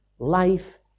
Life